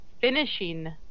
finishing